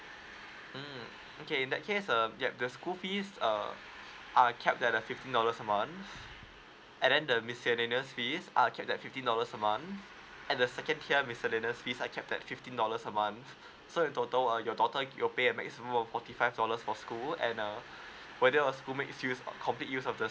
mm okay in that case err yup the school fees err are capped at a fifteen dollars a month and then the miscellaneous fees are capped at fifteen dollars a months and the second tier miscellaneous fees are capped at fifteen dollars a month so in total err your daughter your pay a maximum of forty five dollars for school and err whether your school makes use complete use of your